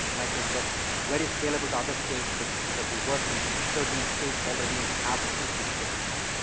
when i say say very scalable to other states but because we work in thirteen states already and have the people to get it done.